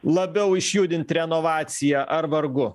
labiau išjudint renovaciją ar vargu